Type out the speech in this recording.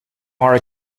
are